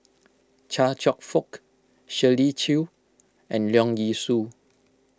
Chia Cheong Fook Shirley Chew and Leong Yee Soo